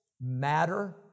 matter